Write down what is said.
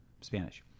Spanish